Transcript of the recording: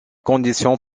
conditions